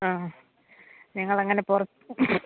ആ ഞങ്ങൾ അങ്ങനെ പുറത്ത്